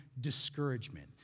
discouragement